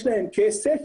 יש להם כסף.